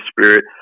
Spirit